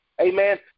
Amen